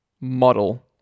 model